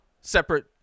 separate